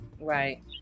Right